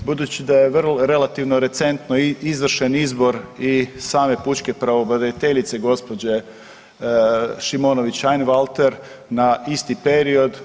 Budući da je relativno recentno izvršen izbor i same pučke pravobraniteljice gospođe Šimonović Einwalter na isti period.